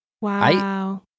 Wow